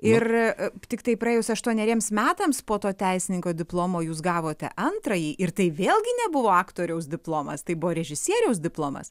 ir tiktai praėjus aštuoneriems metams po to teisininko diplomo jūs gavote antrąjį ir tai vėlgi nebuvo aktoriaus diplomas tai buvo režisieriaus diplomas